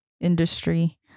industry